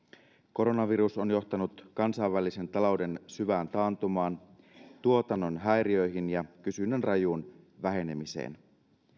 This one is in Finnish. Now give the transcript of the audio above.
koronavirus on johtanut kansainvälisen talouden syvään taantumaan tuotannon häiriöihin ja kysynnän rajuun vähenemiseen